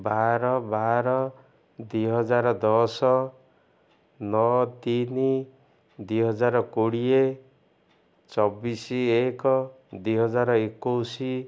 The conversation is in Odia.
ବାର ବାର ଦୁଇହଜାର ଦଶ ନଅ ତିନି ଦୁଇହଜାର କୋଡ଼ିଏ ଚବିଶି ଏକ ଦୁଇହଜାର ଏକୋଇଶି